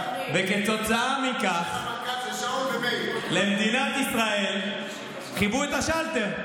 וכתוצאה מכך למדינת ישראל כיבו את השלטר.